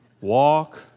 walk